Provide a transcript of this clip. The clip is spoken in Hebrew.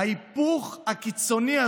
וההתמודדות